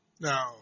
Now